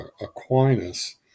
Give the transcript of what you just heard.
Aquinas